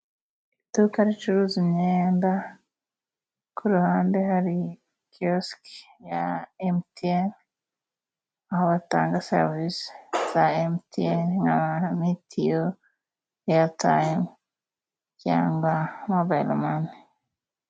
Iduka ricuruza imyenda, ku ruhande hari kiyosiki ya Emutiyeni, aho batanga serivisi za Emutiyeni nka mituyu, eyatayimu cyangwa mobayiromani.